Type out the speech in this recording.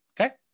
Okay